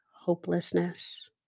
hopelessness